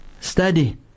study